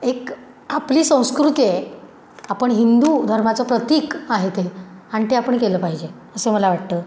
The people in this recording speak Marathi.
एक आपली संस्कृती आहे आपण हिंदू धर्माचं प्रतीक आहे ते आणि ते आपण केलं पाहिजे असे मला वाटतं